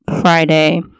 Friday